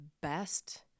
best